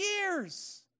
years